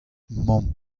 mamm